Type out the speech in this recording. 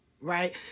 Right